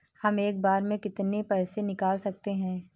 हम एक बार में कितनी पैसे निकाल सकते हैं?